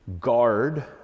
Guard